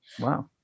wow